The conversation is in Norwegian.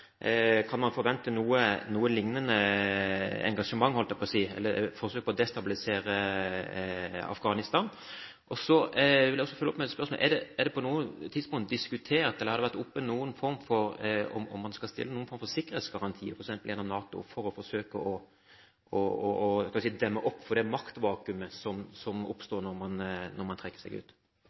forsøk på å destabilisere Afghanistan? Så vil jeg også følge opp med et spørsmål: Har det på noe tidspunkt vært diskutert om man skal stille noen form for sikkerhetsgarantier, f.eks. gjennom NATO, for å forsøke å demme opp for det maktvakuumet som oppstår når man trekker seg ut?